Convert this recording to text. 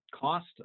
cost